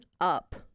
up